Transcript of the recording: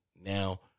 now